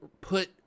put